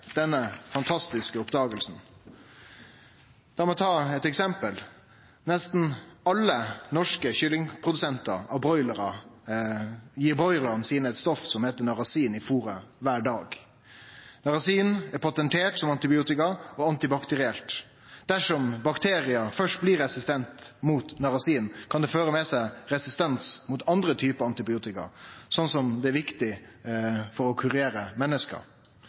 denne fantastiske oppdaginga. Lat meg ta eit eksempel: Nesten alle norske produsentar av broilerar gir broilerane eit stoff som heiter narasin i stoffet kvar dag. Narasin er patentert som antibiotikum, og det er antibakterielt. Dersom bakteriar først blir resistente mot narasin, kan dette føre med seg resistens mot andre typar antibiotikum som er viktige for å kunne kurere menneske.